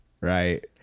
Right